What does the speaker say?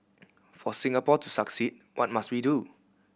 for Singapore to succeed what must we do